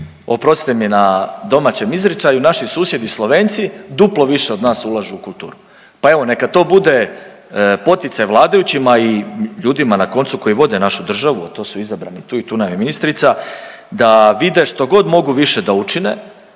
oprostite mi na domaćem izričaju, naši susjedi Slovenci duplo više od nas ulažu u kulturu. Pa evo neka to bude poticaj vladajućima i ljudima na koncu koji vode našu državu, a to su izabrani i tu nam je ministrica da vide što god mogu više da učine